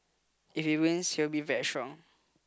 if he wins he will be very strong